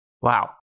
Wow